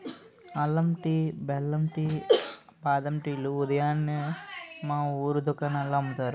అల్లం టీ, బెల్లం టీ, బాదం టీ లు ఉదయాన్నే మా వూరు దుకాణాల్లో అమ్ముతారు